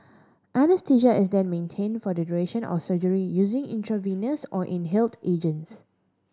anaesthesia is then maintained for the duration of surgery using intravenous or inhaled agents